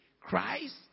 Christ